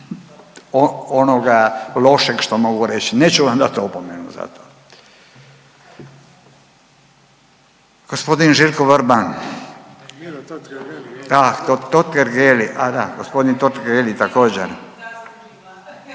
onoga lošeg što mogu reći. Neću vam dati opomenu. G. Željko Vrban. A Totgergeli, a da. G. Totgergeli također.